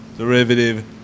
Derivative